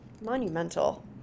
Monumental